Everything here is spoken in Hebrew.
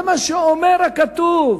זה מה שאומר הכתוב: